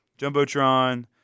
Jumbotron